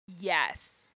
Yes